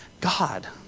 God